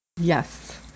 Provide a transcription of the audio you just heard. Yes